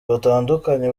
batandukanye